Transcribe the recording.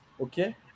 okay